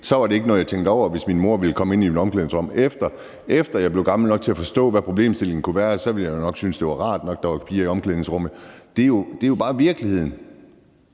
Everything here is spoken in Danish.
var det ikke noget, jeg tænkte over, hvis min mor ville komme ind i et omklædningsrum. Efter jeg blev gammel nok til at forstå, hvad problemstillingen kunne være, ville jeg nok synes, det var rart nok, at der var piger i omklædningsrummet. Det er jo bare virkeligheden.